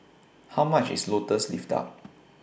How much IS Lotus Leaf Duck